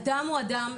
אדם הוא אדם,